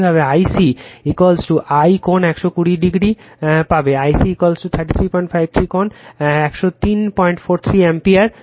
একইভাবে Ic I কোণ 120o পাবে I c 3353 কোণ 10343o অ্যাম্পিয়ার